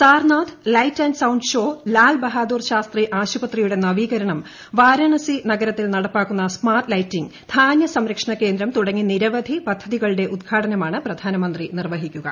Sarnath light and സൌ് show Lal Bahadur Shastri ആശുപത്രിയുടെ നവീകരണം വാരാണസി നഗരത്തിൽ നടപ്പാക്കുന്ന സ്മാർട്ട് ലൈറ്റിംങ് ധാന്യ സംരക്ഷണ കേന്ദ്രം തുടങ്ങി നിരവധി പദ്ധതികളുടെ ഉദ്ഘാടനമാണ് പ്രധാനമന്ത്രി നിർവ്വഹിക്കുക